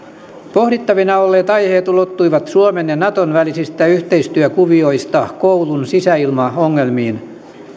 pohdittavina olleet aiheet ulottuivat suomen ja naton välisistä yhteistyökuvioista koulun sisäilmaongelmiin